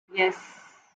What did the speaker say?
yes